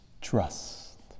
trust